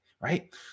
Right